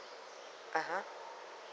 (uh huh)